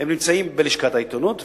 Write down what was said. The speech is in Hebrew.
הן נמצאות בלשכת העיתונות,